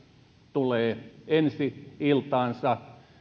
tulee ensi iltaansa